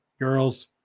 girls